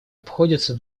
обходится